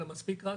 אלא מספיק רק